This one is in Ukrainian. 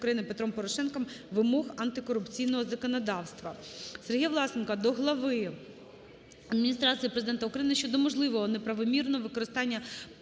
Петром Порошенком вимог антикорупційного законодавства.